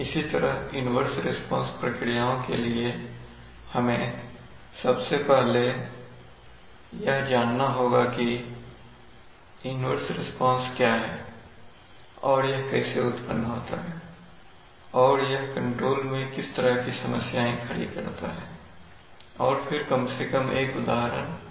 इसी तरह inverse response प्रक्रियाओं के लिए हमें सबसे पहले यह जानना होगा कि इन्वर्स रिस्पांस क्या है और यह कैसे उत्पन्न होता है और यह कंट्रोल में किस तरह की समस्याएं खड़ी करता है और फिर कम से कम एक उदाहरण देखना है